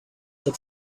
that